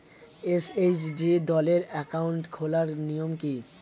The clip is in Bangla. এস.এইচ.জি দলের অ্যাকাউন্ট খোলার নিয়ম কী?